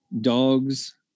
dogs